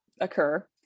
occur